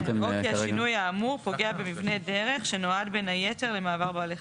או שהשינוי האמור פוגע במבנה דרך שנועד בין היתר למעבר בעלי חיים.